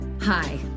Hi